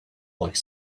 like